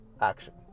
Action